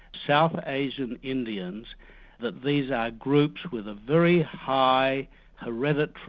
south asian indians that these are groups with a very high hereditary